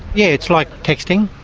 yeah, it's like texting.